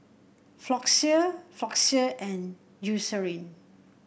Floxia Floxia and Eucerin